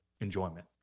enjoyment